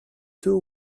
two